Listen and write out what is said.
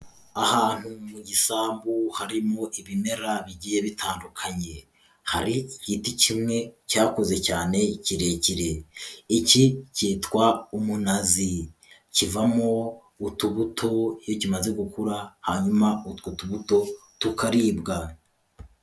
Ahantu mu gisambu harimo ibimera bigiye bitandukanye. Hari igiti kimwe cyakuze cyane kirekire. Iki cyitwa Umunazi. Kivamo utubuto iyo kimaze gukura, hanyuma utwo tubuto tukaribwa.